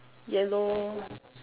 yellow